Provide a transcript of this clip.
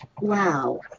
Wow